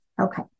Okay